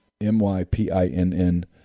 M-Y-P-I-N-N